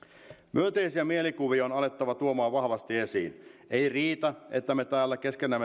myönteisiä mielikuvia on alettava tuomaan vahvasti esiin ei riitä että me täällä keskenämme